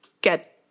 get